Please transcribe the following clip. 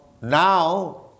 now